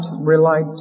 relied